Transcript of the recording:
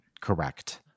Correct